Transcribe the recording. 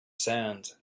sands